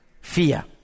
Fear